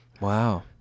Wow